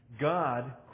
God